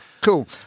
Cool